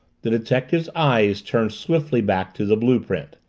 the detective's eyes turned swiftly back to the blue-print.